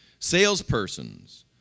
Salespersons